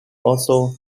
also